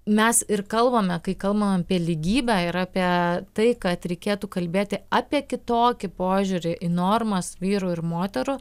mes ir kalbame kai kalbame apie lygybę ir apie tai kad reikėtų kalbėti apie kitokį požiūrį į normas vyrų ir moterų